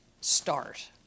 start